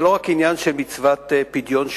זה לא רק עניין של מצוות פדיון שבויים,